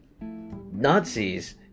Nazis